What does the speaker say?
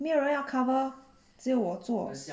没有人要 cover 只有我做